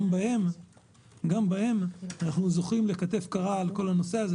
גם בהן אנחנו זוכים לכתף קרה לגבי הנושא הזה.